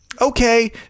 okay